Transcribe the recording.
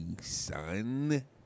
son